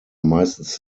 meistens